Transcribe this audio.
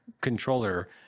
controller